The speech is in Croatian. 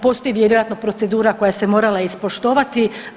Postoji vjerojatno procedura koja se morala ispoštovati.